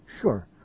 Sure